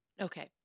Okay